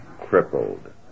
crippled